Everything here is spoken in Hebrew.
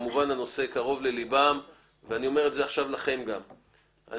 שכמובן הנושא קרוב לליבם ואני אומר גם לכם שאני